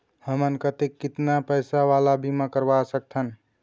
हमन कतेक कितना पैसा वाला बीमा करवा सकथन?